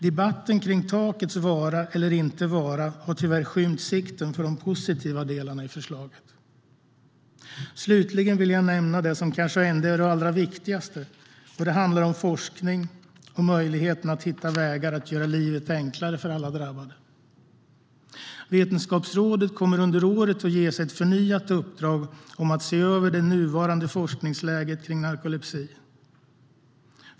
Debatten om takets vara eller inte vara har tyvärr skymt sikten för de positiva delarna i förslaget. Slutligen vill jag nämna det som ändå är viktigast. Det handlar om forskning och möjligheten att hitta vägar att göra livet enklare för alla drabbade. Vetenskapsrådet kommer under året att ges ett förnyat uppdrag om att se över det nuvarande forskningsläget för narkolepsi.